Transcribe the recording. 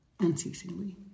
Unceasingly